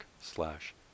slash